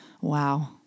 wow